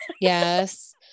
Yes